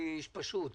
אני איש פשוט.